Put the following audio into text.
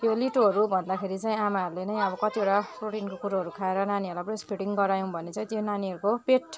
त्यो लिटोहरू भन्दाखेरि चैँ आमाहरले नै आबो कतिवडा प्रोटिनको कुरोहरू खाएर नानीहरूलाई ब्रेस्ट फिडिङ गरायौँ भने चाहिँ त्यो नानीहरूको पेट